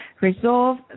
resolve